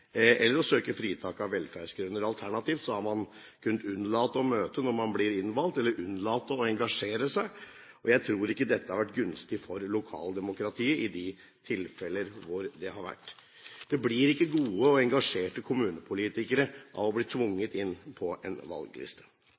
eller ved å søke fritak av velferdsgrunner. Alternativt har man kunnet unnlate å møte når man blir innvalgt, eller unnlate å engasjere seg, og jeg tror ikke dette har vært gunstig for lokaldemokratiet i de tilfeller hvor det har vært slik. Man blir ikke gode og engasjerte kommunepolitikere av å bli tvunget inn på en valgliste.